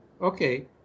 Okay